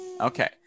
Okay